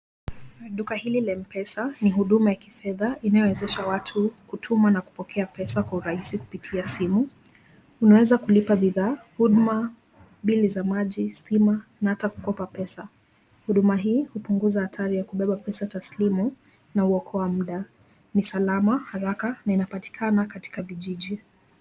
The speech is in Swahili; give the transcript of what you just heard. Duka hili la M-Pesa ni huduma ya kifedha inayowezesha watu kutuma na kupokea pesa kwa urahisi kupitia simu. Unaweza kulipa bidhaa, huduma, bili za maji, stima na hata kukopa pesa. Huduma hii hupunguza hatari ya kubeba pesa taslimu na huokoa muda. Ni salama, haraka na inapatikana katika vijiji.